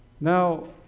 Now